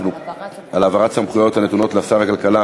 על העברת סמכויות הנתונות לשר הכלכלה,